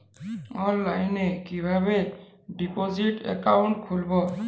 অনলাইনে কিভাবে deposit account খুলবো?